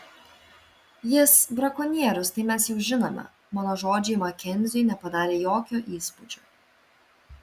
jis brakonierius tai mes jau žinome mano žodžiai makenziui nepadarė jokio įspūdžio